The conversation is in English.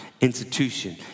institution